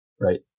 right